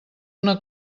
una